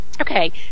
Okay